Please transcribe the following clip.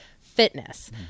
fitness